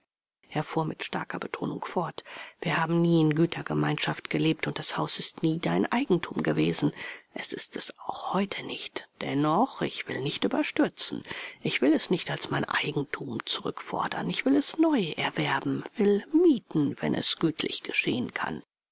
er fuhr mit starker betonung fort wir haben nie in gütergemeinschaft gelebt und das haus ist nie dein eigentum gewesen es ist es auch heute nicht dennoch ich will nicht überstürzen ich will es nicht als mein eigentum zurückfordern ich will es neu erwerben will mieten wenn es gütlich geschehen kann